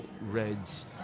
reds